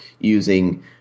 using